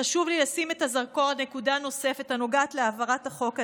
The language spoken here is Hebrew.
חשוב לי לשים את הזרקור על נקודה נוספת הנוגעת להעברת החוק הזה,